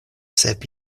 sep